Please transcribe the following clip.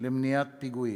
למניעת פיגועים,